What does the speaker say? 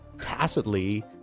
tacitly